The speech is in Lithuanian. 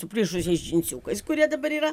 suplyšusiais džinsiukais kurie dabar yra